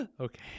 Okay